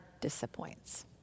disappoints